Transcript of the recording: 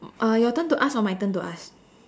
uh your turn to ask or my turn to ask